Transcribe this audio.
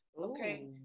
Okay